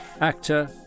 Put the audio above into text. actor